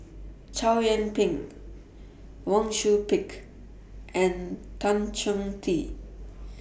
Chow Yian Ping Wang Sui Pick and Tan Chong Tee